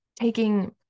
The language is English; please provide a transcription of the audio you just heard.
taking